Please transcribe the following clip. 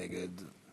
נגד.